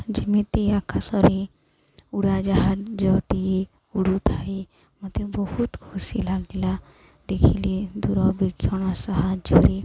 ଯେମିତି ଆକାଶରେ ଉଡ଼ାଜାହାଜଟିଏ ଉଡ଼ୁଥାଏ ମୋତେ ବହୁତ ଖୁସି ଲାଗିଲା ଦେଖିଲି ଦୂରବୀକ୍ଷଣ ସାହାଯ୍ୟରେ